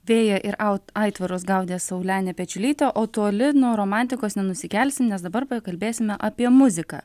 vėją ir aut aitvarus gaudė saulenė pečiulytė o toli nuo romantikos nenusikelsim nes dabar pakalbėsime apie muziką